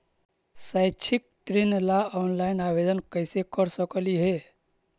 शैक्षिक ऋण ला ऑनलाइन आवेदन कैसे कर सकली हे?